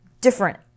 different